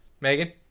Megan